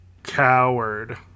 coward